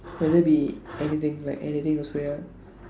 will there be anything like anything also ya